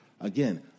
Again